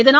இதனால்